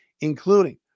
including